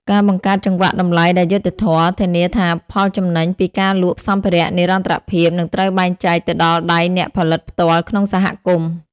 ការបង្កើតចង្វាក់តម្លៃដែលយុត្តិធម៌ ធានាថាផលចំណេញពីការលក់សម្ភារៈនិរន្តរភាពនឹងត្រូវបែងចែកទៅដល់ដៃអ្នកផលិតផ្ទាល់ក្នុងសហគមន៍។